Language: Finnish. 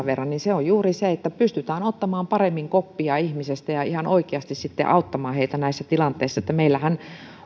verran niin se on juuri se että pystytään ottamaan paremmin koppia ihmisestä ja ihan oikeasti sitten auttamaan heitä näissä tilanteissa meillähän